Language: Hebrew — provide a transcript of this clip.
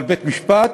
אבל בית-המשפט